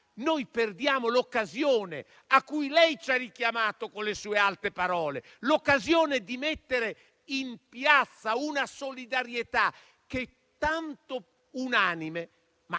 perdiamo l'occasione - cui lei ci ha richiamato con le sue alte parole - di mettere in piazza una solidarietà, che è tanto unanime, ma